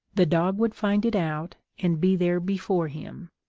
the dog would find it out and be there before him.